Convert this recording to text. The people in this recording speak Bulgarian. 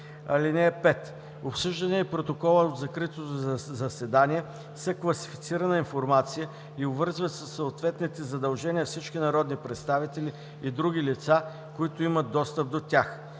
(5)Обсъжданията и протоколът от закритото заседание са класифицирана информация и обвързват със съответните задължения всички народни представители и други лица, които имат достъп до тях.